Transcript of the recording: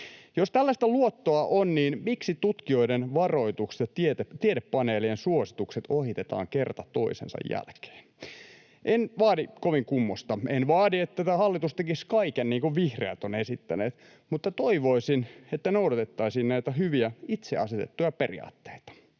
Jos tällaista luottoa on, miksi tutkijoiden varoitukset ja tiedepaneelien suositukset ohitetaan kerta toisensa jälkeen? En vaadi kovin kummoista, en vaadi, että tämä hallitus tekisi kaiken niin kuin vihreät ovat esittäneet, mutta toivoisin, että noudatettaisiin näitä hyviä itse asetettuja periaatteita.